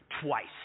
twice